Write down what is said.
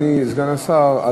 אדוני סגן השר,